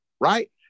right